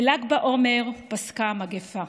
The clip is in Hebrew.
בל"ג בעומר פסקה המגפה.